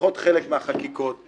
חלק מהחקיקות, לפחות.